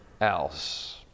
else